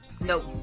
Nope